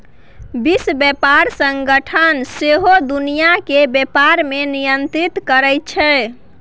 विश्व बेपार संगठन सौंसे दुनियाँ केर बेपार केँ नियंत्रित करै छै